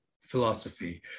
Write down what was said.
philosophy